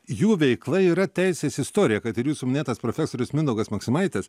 jų veikla yra teisės istorija kad ir jūsų minėtas profesorius mindaugas maksimaitis